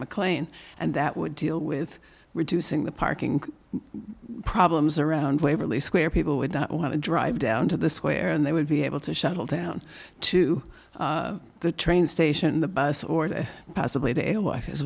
mclean and that would deal with reducing the parking problems around waverly square people would not want to drive down to the square and they would be able to shuttle down to the train station the bus or possibly to